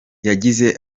yagize